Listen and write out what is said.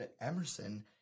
Emerson